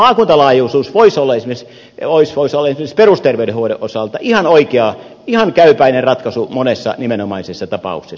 me ajattelemme että maakuntalaajuisuus voisi olla esimerkiksi perusterveydenhoidon osalta ihan oikea ihan käypäinen ratkaisu monessa nimenomaisessa tapauksessa